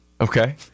Okay